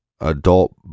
adult